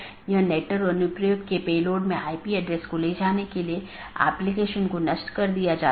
इसलिए मैं AS के भीतर अलग अलग तरह की चीजें रख सकता हूं जिसे हम AS का एक कॉन्फ़िगरेशन कहते हैं